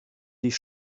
dich